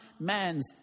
man's